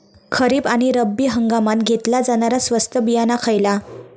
खरीप आणि रब्बी हंगामात घेतला जाणारा स्वस्त बियाणा खयला?